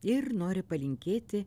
ir nori palinkėti